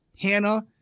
Hannah